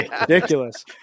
Ridiculous